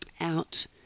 out